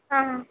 आ हा